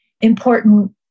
important